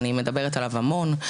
אני מדברת עליו המון.